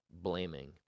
blaming